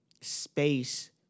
space